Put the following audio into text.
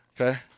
Okay